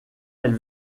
elle